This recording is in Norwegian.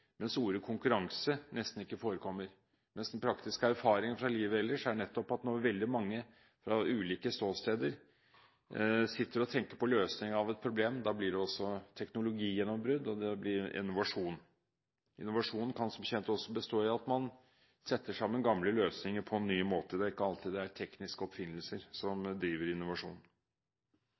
mens ordet «konkurranse» nesten ikke forekommer. Den praktiske erfaring fra livet ellers er nettopp at når veldig mange fra ulike ståsteder sitter og tenker på løsning av et problem, blir det også teknologigjennombrudd, og det blir innovasjon. Innovasjon kan som kjent også bestå i at man setter sammen gamle løsninger på en ny måte. Det er ikke alltid det er tekniske oppfinnelser som driver innovasjon.